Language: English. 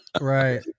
right